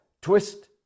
twist